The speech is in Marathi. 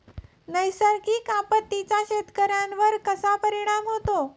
नैसर्गिक आपत्तींचा शेतकऱ्यांवर कसा परिणाम होतो?